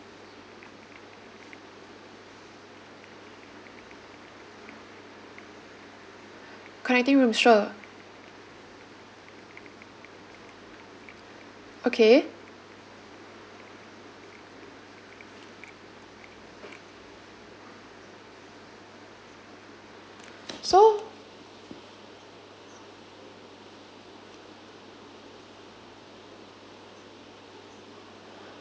connecting room sure okay so